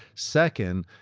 second,